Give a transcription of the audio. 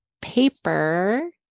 paper